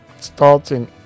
starting